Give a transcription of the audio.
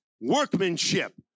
workmanship